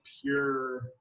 pure